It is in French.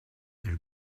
elle